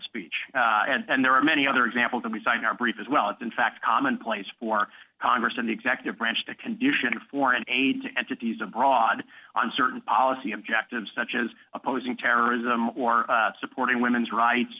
speech and there are many other examples that we sign our brief as well if in fact common place for congress and the executive branch to condition foreign aid to entities abroad on certain policy objectives such as opposing terrorism or supporting women's rights